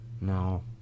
No